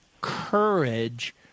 courage